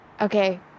Okay